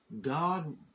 God